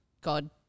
God